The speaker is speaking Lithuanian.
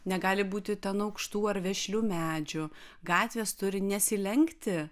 negali būti ten aukštų ar vešlių medžių gatvės turi nesilenkti